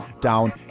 down